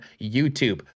YouTube